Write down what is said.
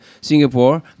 Singapore